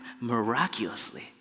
miraculously